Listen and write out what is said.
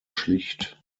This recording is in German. schlicht